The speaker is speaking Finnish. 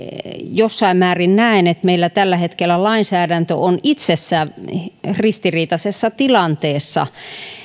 jossain määrin näen että meillä tällä hetkellä lainsäädäntö on itsessään ristiriitaisessa tilanteessa